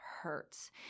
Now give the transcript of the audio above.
hurts